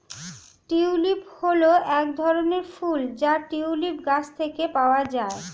tulip হল এক ধরনের ফুল যা টিউলিপ গাছ থেকে পাওয়া যায়